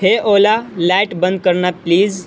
ہے اولی لائٹ بند کرنا پلیز